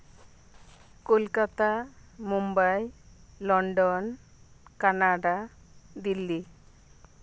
Kolkata Mumbai London Canada Delhi